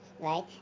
right